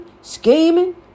scheming